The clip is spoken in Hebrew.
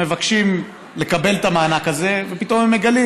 הם מבקשים לקבל את המענק הזה ופתאום הם מגלים